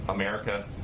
America